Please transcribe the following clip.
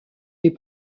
des